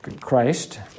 Christ